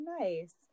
nice